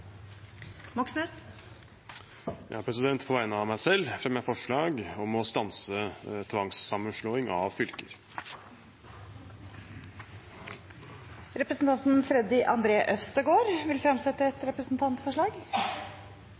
På vegne av meg selv fremmer jeg forslag om å stanse tvangssammenslåing av fylker. Representanten Freddy André Øvstegård vil fremsette et representantforslag.